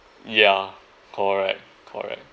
ya correct correct